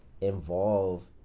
involve